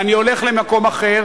ואני הולך למקום אחר,